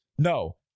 No